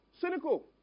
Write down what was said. Cynical